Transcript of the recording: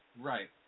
Right